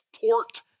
port